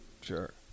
Sure